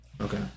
Okay